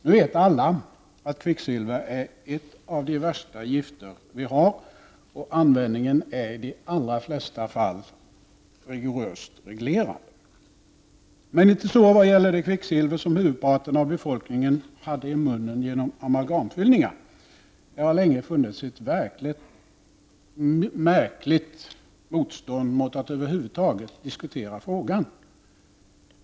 Nu vet alla att kvicksilver är ett av de värsta gifter som finns och användningen är i de allra flesta fall rigoröst reglerad. Men detta gäller inte det kvicksilver som huvudparten av befolkningen har i munnen i form av amalgamfyllningar. Det har länge funnits ett märkligt motstånd mot att över huvud taget diskutera den frågan.